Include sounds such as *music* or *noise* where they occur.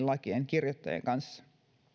*unintelligible* lakien kirjoittajien kanssa